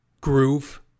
groove